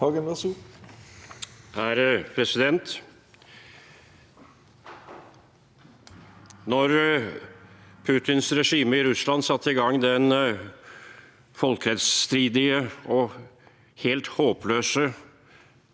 Da Putins regime i Russland satte i gang det folkerettsstridige og helt håpløse